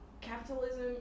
Capitalism